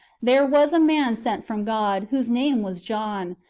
there was a man sent from god, whose name was john.